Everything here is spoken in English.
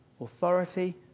Authority